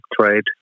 trade